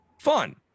fun